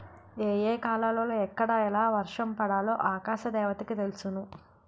ఏ ఏ కాలాలలో ఎక్కడ ఎలా వర్షం పడాలో ఆకాశ దేవతకి తెలుసును